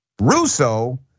Russo